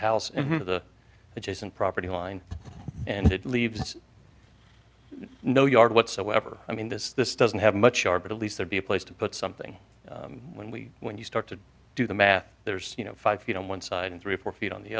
and the adjacent property line and it leaves no yard whatsoever i mean this this doesn't have much our but at least there be a place to put something when we when you start to do the math there's you know five feet on one side and three or four feet on the